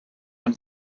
when